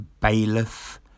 Bailiff